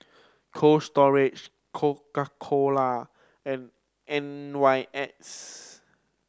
Cold Storage Coca Cola and N Y X